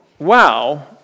wow